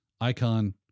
Icon